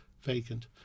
vacant